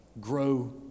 grow